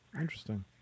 interesting